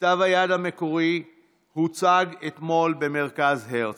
וכתב היד המקורי הוצג אתמול במרכז הרצל.